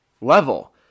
level